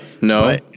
no